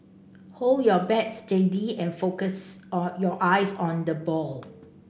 hold your bat steady and focus on your eyes on the ball